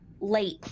late